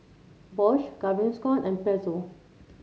Bosch Gaviscon and Pezzo